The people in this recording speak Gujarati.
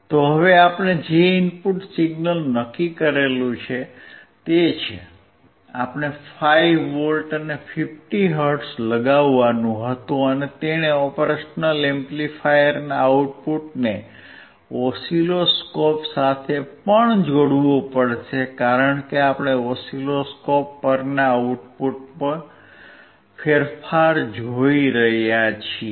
તો હવે આપણે જે ઇનપુટ સિગ્નલ નક્કી કર્યું છે તે છે આપણે 5V અને 50 હર્ટ્ઝ લગાવવાનું હતું અને તેણે ઓપરેશનલ એમ્પ્લીફાયરના આઉટપુટને ઓસિલોસ્કોપ સાથે પણ જોડવું પડશે કારણ કે આપણે ઓસિલોસ્કોપ પરના આઉટપુટમાં ફેરફાર જોઈ રહ્યા છીએ